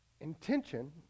Intention